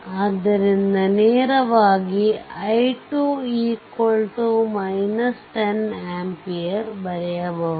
ಆದ್ದರಿಂದ ನೇರವಾಗಿ i2 10 ampere ಬರೆಯಬಹುದು